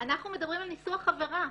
אנחנו מדברים על ניסוח עבירה.